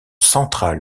central